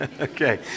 Okay